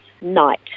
night